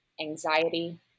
anxiety